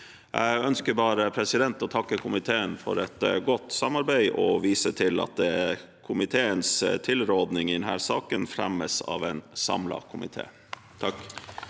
Jeg ønsker bare å takke komiteen for et godt samarbeid og viser til at komiteens tilråding i denne saken fremmes av en samlet komité.